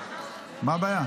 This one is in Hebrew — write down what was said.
ניסים ואטורי (הליכוד): מה הבעיה?